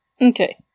Okay